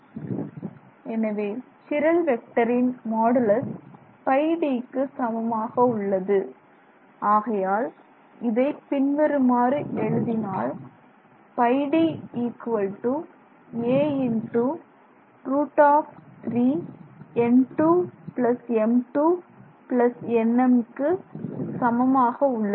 So எனவே chiral வெக்டரின் modulus πD க்கு சமமாக உள்ளது ஆகையால் இதைப் பின்வருமாறு எழுதினால் πD a×√3n2m2nm க்கு சமமாக உள்ளது